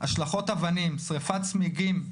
השלכות אבנים, שרפות צמיגים,